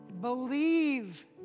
Believe